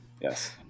yes